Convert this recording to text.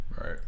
Right